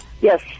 Yes